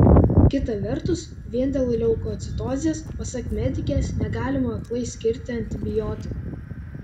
kita vertus vien dėl leukocitozės pasak medikės negalima aklai skirti antibiotikų